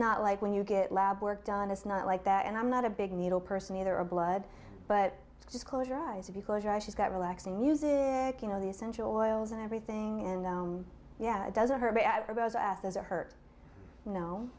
not like when you get lab work done it's not like that and i'm not a big needle person either a blood but just close your eyes to be closer and she's got relaxing music you know the essential oils and everything and yet doesn't hurt or hurt